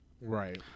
right